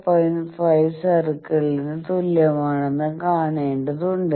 5 സർക്കിളിന് തുല്യമാണെന്ന് കണ്ടെത്തേണ്ടതുണ്ട്